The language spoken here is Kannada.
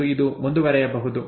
ಮತ್ತು ಇದು ಮುಂದುವರಿಯಬಹುದು